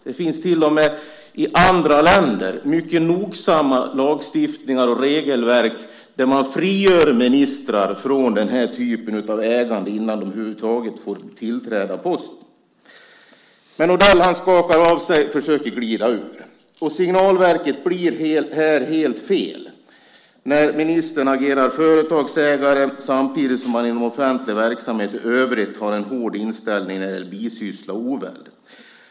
Det finns till och med i andra länder mycket nogsamma lagstiftningar och regelverk där man frigör ministrar från den här typen av ägande innan de över huvud taget får tillträda posten. Men Odell skakar av sig och försöker glida ur. Signalverket blir här helt fel när ministern agerar företagsägare samtidigt som han inom offentlig verksamhet i övrigt har en hård inställning när det gäller bisyssla och oväld.